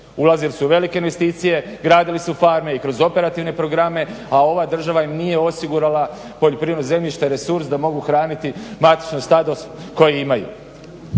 Ulazili su u velike investicije, gradili su farme i kroz operativne programe, a ova država im nije osigurala poljoprivredno zemljište, resurs da mogu hraniti matično stado koje imaju.